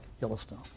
Yellowstone